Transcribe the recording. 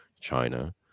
China